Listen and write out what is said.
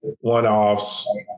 one-offs